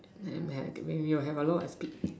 and and if you got a lot